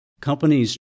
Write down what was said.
Companies